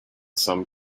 some